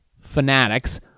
fanatics